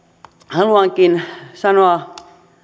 haluankin sanoa